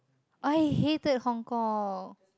I hated Hong-Kong